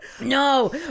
No